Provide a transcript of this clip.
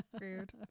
rude